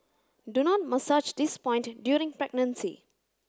do not massage this point during pregnancy